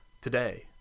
today